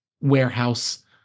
warehouse